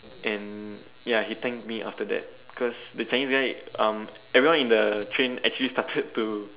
and ya he thanked me after that cause the Chinese guy um everyone in the train they started to